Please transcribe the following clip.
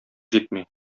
җитми